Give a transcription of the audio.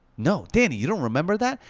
no, danny, you don't remember that?